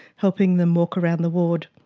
helping them walk around the ward,